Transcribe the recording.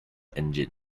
engine